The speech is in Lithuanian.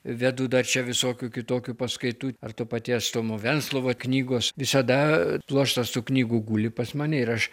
vedu dar čia visokių kitokių paskaitų ar to paties tomo venclovo knygos visada pluoštas tų knygų guli pas mane ir aš